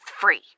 free